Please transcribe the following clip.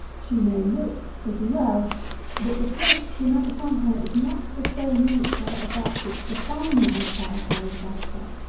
she may look pretty well but the flesh she has upon her is not of the same nature as that which the farm-yard sow carries about her.